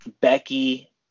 Becky